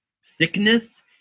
sickness